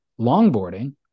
Longboarding